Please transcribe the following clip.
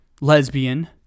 lesbian